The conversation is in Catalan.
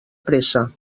pressa